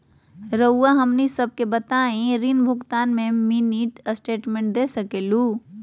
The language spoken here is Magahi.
रहुआ हमनी सबके बताइं ऋण भुगतान में मिनी स्टेटमेंट दे सकेलू?